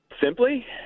Simply